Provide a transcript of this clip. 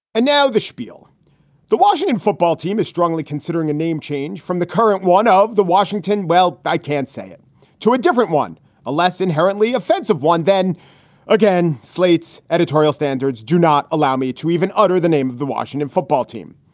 and now the spiel the washington football team is strongly considering a name change from the current one ah of the washington well, i can't say it to a different one unless inherently offensive one. then again, slate's editorial standards do not allow me to even utter the name of the washington football team.